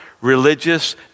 religious